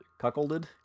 cuckolded